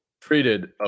treated